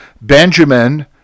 Benjamin